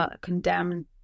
condemn